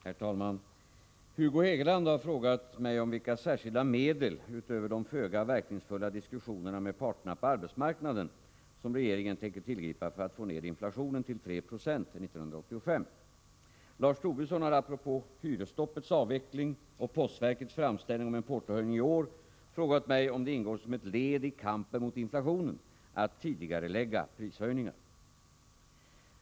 Herr talman! Hugo Hegeland har frågat mig om vilka särskilda medel, utöver de föga verkningsfulla diskussionerna med parterna på arbetsmarknaden, regeringen tänker tillgripa för att få ned inflationen till 3 96 år 1985. Lars Tobisson har apropå hyresstoppets avveckling och postverkets framställning om en portohöjning i år frågat mig om det ingår som ett led i kampen mot inflationen att tidigarelägga prishöjningar.